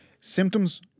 Symptoms